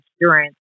insurance